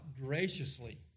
graciously